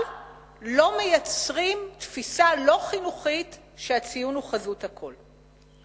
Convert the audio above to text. אבל לא מייצרים תפיסה לא חינוכית שהציון הוא חזות הכול.